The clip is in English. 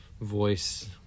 voice